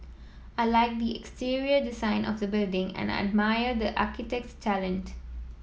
I like the exterior design of the building and I admire the architect's talent